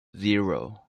zero